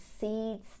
seeds